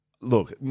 Look